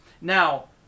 now